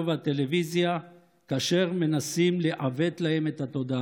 והטלוויזיה כאשר מנסים לעוות להם את התודעה.